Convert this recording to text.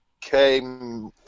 came